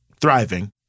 thriving